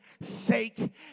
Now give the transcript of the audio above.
sake